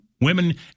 women